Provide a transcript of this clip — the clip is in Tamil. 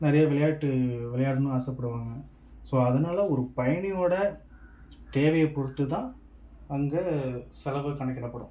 நிறைய விளையாட்டு விளையாடணுன்னு ஆசைப்படுவாங்க ஸோ அதனால ஒரு பயணியோட தேவையைப் பொறுத்துதான் அங்கே செலவு கணக்கிடப்படும்